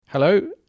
Hello